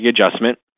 adjustment